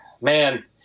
Man